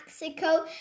Mexico